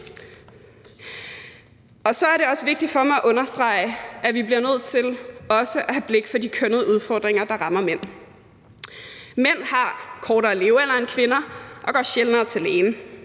Så er det også vigtigt for mig at understrege, at vi bliver nødt til også at have blik for de kønnede udfordringer, der rammer mænd. Mænd har kortere levealder end kvinder og går sjældnere til lægen.